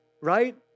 right